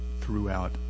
throughout